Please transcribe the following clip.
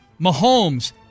Mahomes